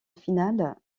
final